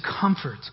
comfort